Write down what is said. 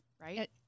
right